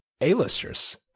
A-listers